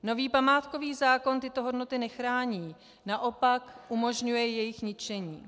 Nový památkový zákon tyto hodnoty nechrání, naopak umožňuje jejich ničení.